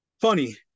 Funny